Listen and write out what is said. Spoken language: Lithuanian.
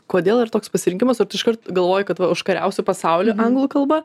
kodėl yra toks pasirinkimas ar tu iškart galvojai kad va užkariausi pasaulį anglų kalba